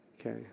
Okay